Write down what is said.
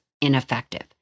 ineffective